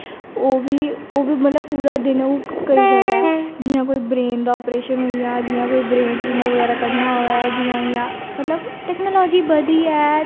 ओह्बी मतलब पूरा दिन करी सकदा ऐ जियां कोई ब्रैन दा अप्रेशन होई गेआ जियां कोई ब्रैन ट्यूमर बगैरा कड्ढना होवे जियां जियां मतलब टेक्नोलाॅजी बधी ऐ